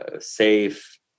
safe